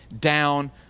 down